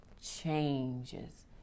changes